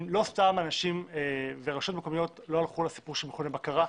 לא סתם אנשים ורשויות מקומיות לא הלכו לסיפור של מכוני בקרה.